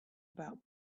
about